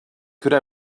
could